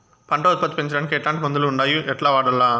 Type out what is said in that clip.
పంట ఉత్పత్తి పెంచడానికి ఎట్లాంటి మందులు ఉండాయి ఎట్లా వాడల్ల?